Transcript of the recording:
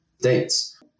dates